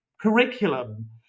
curriculum